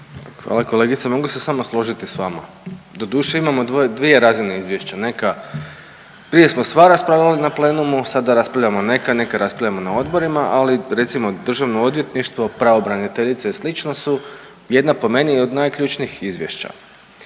Hvala kolegice, mogu se samo složiti s vama. Doduše imamo dvije razine izvješća, neka, prije smo sva raspravljali na plenumu, sada raspravljamo neka, neka raspravljamo na odborima, ali recimo Državno odvjetništvo, pravobraniteljica i slično su jedna po meni od najključnijih izvješća.